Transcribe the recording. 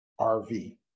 RV